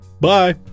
Bye